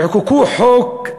תחוקקו חוק,